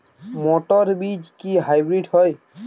মটর বীজ কি হাইব্রিড হয়?